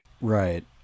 Right